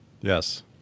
Yes